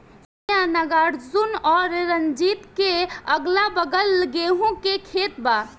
सौम्या नागार्जुन और रंजीत के अगलाबगल गेंहू के खेत बा